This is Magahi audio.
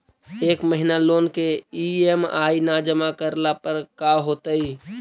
एक महिना लोन के ई.एम.आई न जमा करला पर का होतइ?